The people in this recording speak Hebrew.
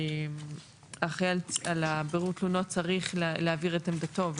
האחראי על בירור תלונות צריך להעביר את עמדתו,